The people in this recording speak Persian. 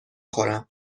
خورم